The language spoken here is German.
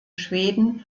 schweden